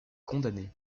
condamné